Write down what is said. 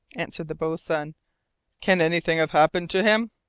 answered the boatswain. can anything have happened to him?